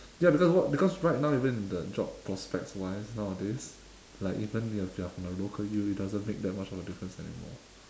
ya because because right now even the job prospects wise nowadays like even if you are from the local U it doesn't make that much of a difference anymore